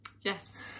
Yes